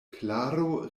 klaro